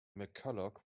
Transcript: mcculloch